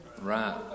Right